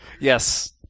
yes